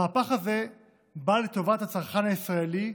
המהפך הזה בא לטובת הצרכן הישראלי,